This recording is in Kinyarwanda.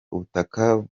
ubutaka